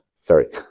Sorry